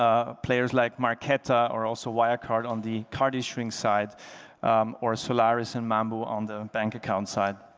ah players like marquetta or also wire card on the card issuing side or solaris and mambu on the bank account side.